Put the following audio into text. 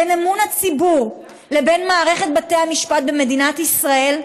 בין הציבור לבין מערכת בתי המשפט במדינת ישראל,